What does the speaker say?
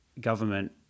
government